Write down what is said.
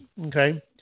okay